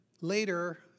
later